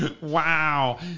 Wow